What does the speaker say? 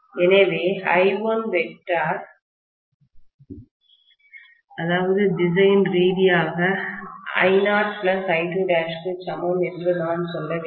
எனவே I1 வெக்டார்திசையன் ரீதியாக I0 I2' க்கு சமம் என்று நான் சொல்ல வேண்டும்